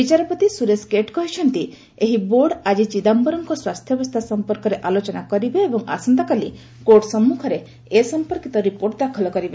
ବିଚାରପତି ସୁରେଶ କେଟ୍ କହିଛନ୍ତି ଏହି ବୋର୍ଡ଼ ଆଜି ଚିଦାମ୍ଭରମ୍ଙ୍କ ସ୍ୱାସ୍ଥ୍ୟାବସ୍ଥା ସମ୍ପର୍କରେ ଆଲୋଚନା କରିବ ଏବଂ ଆସନ୍ତାକାଲି କୋର୍ଟ ସମ୍ମୁଖରେ ଏ ସମ୍ପର୍କିତ ରିପୋର୍ଟ ଦାଖଲ କରିବ